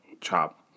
chop